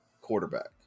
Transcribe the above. quarterback